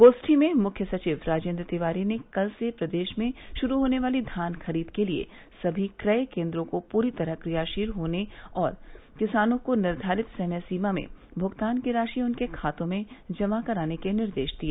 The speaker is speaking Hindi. गोप्ठी में मुख्य सचिव राजेन्द्र तिवारी ने कल से प्रदेश में शुरू होने वाली धान खरीद के लिए सभी क्रय केन्द्रों को पूरी तरह क्रियाशील होने और किसानों को निर्धारित समयसीमा में भूगतान की राशि उनके खाते में जमा कराने के निर्देश दिए